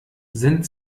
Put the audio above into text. sind